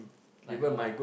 like her lah